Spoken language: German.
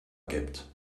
gibt